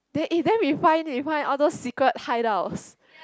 then eh then we find we find all those secret hideouts